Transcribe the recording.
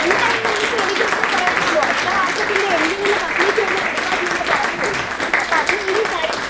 എന്തായി ഇനിയിപ്പോൾ എനിക്കൊന്നേ പറയാനുള്ളു അടുത്ത മാസത്തിന്റെ എൻഡിങ്ങിൽ കംപ്ലീറ്റ് ചെയ്ത് കൊടുക്കാമെന്ന് നമ്മൾ പറഞ്ഞ് പോയി അപ്പോൾ അതിനുള്ളിൽ കാര്യങ്ങൾ